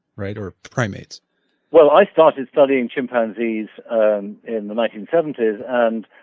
right or primates well, i started studying chimpanzees um in the nineteen seventy and